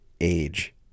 age